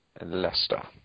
Leicester